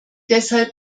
deshalb